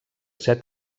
set